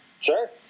Sure